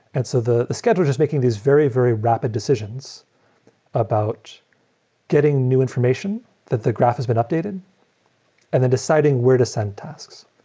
and so the the scheduler is just making these very, very rapid decisions about getting new information that the graph has been updated and then deciding where to send tasks.